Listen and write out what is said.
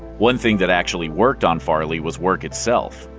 one thing that actually worked on farley was work itself.